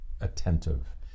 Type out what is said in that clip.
Attentive